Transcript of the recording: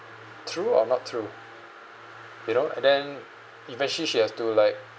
true or not true you know and then eventually she has to like